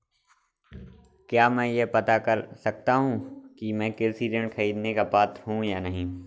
क्या मैं यह पता कर सकता हूँ कि मैं कृषि ऋण ख़रीदने का पात्र हूँ या नहीं?